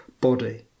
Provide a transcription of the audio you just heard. body